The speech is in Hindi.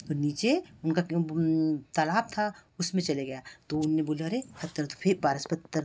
तो नीचे उनका तालाब था उसमें चला गया तो उन्होंने बोला कि अरे पत्थर तो फेंक पारस पत्थर